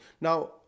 Now